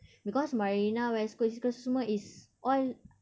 because marina west coast east coast tu semua is all